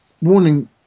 warning